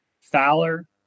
Fowler